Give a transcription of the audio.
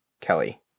Kelly